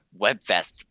WebFest